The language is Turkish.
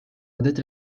adet